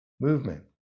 movement